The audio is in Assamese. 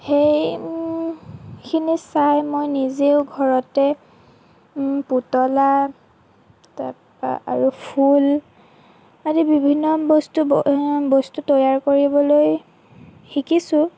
সেই খিনি চাই মই নিজেও ঘৰতে পুতলা তাৰ পৰা আৰু ফুল আদি বিভিন্ন বস্তু বস্তু তৈয়াৰ কৰিবলৈ শিকিছোঁ